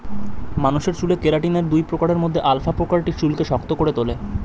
মানুষের চুলে কেরাটিনের দুই প্রকারের মধ্যে আলফা প্রকারটি চুলকে শক্ত করে তোলে